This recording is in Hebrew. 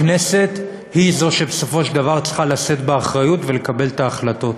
הכנסת היא שבסופו של דבר צריכה לשאת באחריות ולקבל את ההחלטות,